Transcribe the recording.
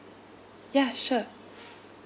ya sure